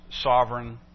sovereign